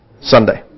Sunday